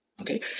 Okay